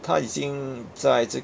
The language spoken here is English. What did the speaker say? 他已经在这